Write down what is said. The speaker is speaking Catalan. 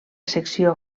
secció